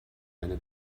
eine